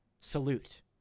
salute